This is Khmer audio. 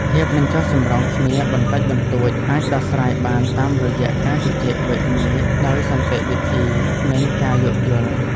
ភាពមិនចុះសម្រុងគ្នាបន្តិចបន្តួចអាចដោះស្រាយបានតាមរយៈការជជែកវែកញែកដោយសន្តិវិធី និងការយោគយល់។